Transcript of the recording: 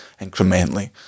incrementally